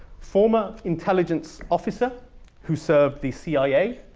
former intelligence officer who served the cia,